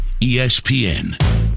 ESPN